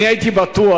אני הייתי בטוח,